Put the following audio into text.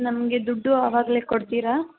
ನಮಗೆ ದುಡ್ಡು ಆವಾಗಲೇ ಕೊಡ್ತೀರಾ